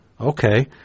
Okay